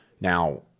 Now